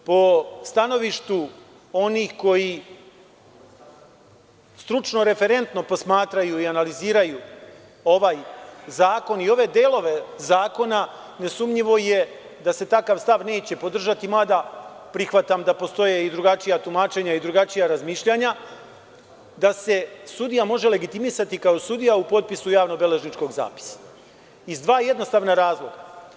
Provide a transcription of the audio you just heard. Po stanovištu onih koji stručno referentno posmatraju i analiziraju ovaj zakon i ove delove zakona nesumnjivo je da se takav stav neće podržati, mada prihvatam da postoje i drugačija tumačenja i drugačija razmišljanja, da se sudija može legitimisati kao sudija u potpisu javno-beležničkog zapisa, i to iz dva jednostavna razloga.